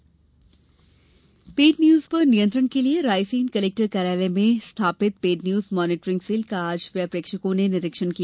paid news निगरानी paid news पर नियंत्रण के लिए रायसेन कलेक्टर कार्यालय में स्थापित पेड न्यूज मॉनीटरिंग सेल का आज व्यय प्रेक्षकों ने निरीक्षण किया